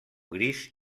gris